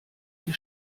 die